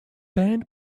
band